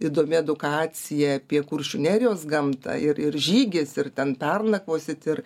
įdomi edukacija apie kuršių nerijos gamtą ir ir žygis ir ten pernakvosit ir